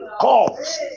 calls